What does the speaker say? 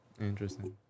Interesting